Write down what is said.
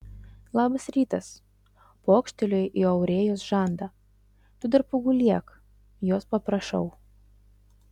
labas rytas pokšteliu į aurėjos žandą tu dar pagulėk jos paprašau